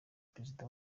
perezida